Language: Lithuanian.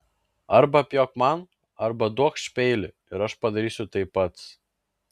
arba pjauk man arba duokš peilį ir aš padarysiu tai pats